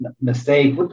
mistake